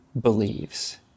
believes